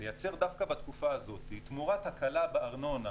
לייצר דווקא בתקופה הזאת תמורת הקלה בארנונה